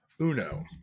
uno